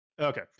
Okay